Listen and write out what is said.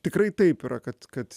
tikrai taip yra kad kad